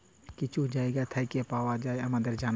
কিছু জায়গা থ্যাইকে পাউয়া যায় আমাদের জ্যনহে